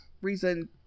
reason